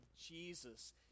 Jesus